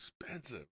expensive